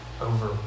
over